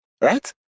right